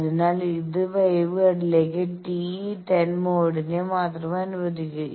അതിനാൽ അത് വേവ്ഗൈഡിലേക്ക് TE10 മോഡിനെ മാത്രമേ അനുവദിക്കൂ